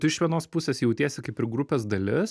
tu iš vienos pusės jautiesi kaip ir grupės dalis